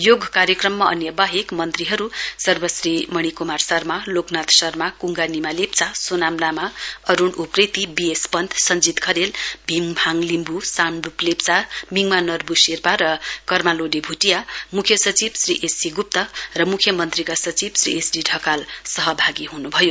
योग कार्यक्रममा अन्य बाहेक मन्त्रीहरू सर्वश्री मणिकुमार शर्मा लोकनाथ शर्मा कुङ्गा निमा लेप्चा सोनाम लामा अरूण उप्रेती बीएस पन्त सञ्चीत खरेल भीमहाङ लिम्बु साम्डुप लेप्चा मिङमा नर्व शेर्पा र कर्मा लोडे भुटिया मुख्य सचिव श्री एससी गुप्त र मुख्य मन्त्रीका सचिव श्री एसडी ढकाल सहभागी हुनु भयो